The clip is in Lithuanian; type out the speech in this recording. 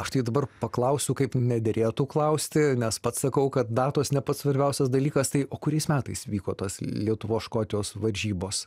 aš tai dabar paklausiu kaip nederėtų klausti nes pats sakau kad datos ne pats svarbiausias dalykas tai o kuriais metais vyko tos lietuvos škotijos varžybos